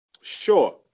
Sure